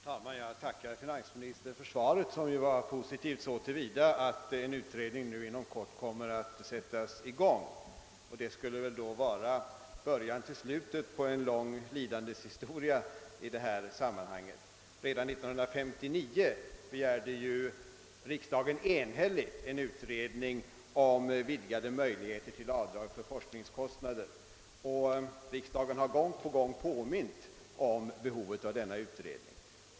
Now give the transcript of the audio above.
Herr talman! Jag tackar finansministern för svaret, som var positivt så till vida att en utredning inom kort kommer att sättas i gång. Det skulle alltså vara början till skitet på en lång lidandeshistoria i detta sammanhang. Redan år 1959 begärde riksdagen enhälligt en utredning om vidgade möjligheter till avdrag för forskningskostnader, och riksdagen har gång på gång påmint om behovet av denna utredning.